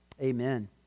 Amen